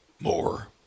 more